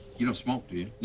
you don't smoke do